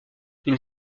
une